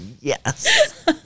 Yes